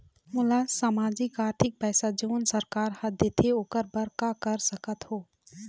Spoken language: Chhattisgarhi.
मोला सामाजिक आरथिक पैसा जोन सरकार हर देथे ओकर बर का कर सकत हो?